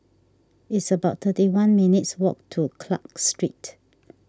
it's about thirty one minutes' walk to Clarke Street